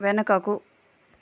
వెనుకకు